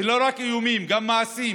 ולא רק איומים, גם מעשים: